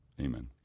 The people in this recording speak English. Amen